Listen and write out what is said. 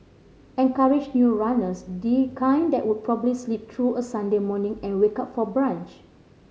encourage new runners the kind that would probably sleep through a Sunday morning and wake up for brunch